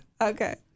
Okay